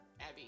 Abby